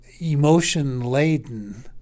emotion-laden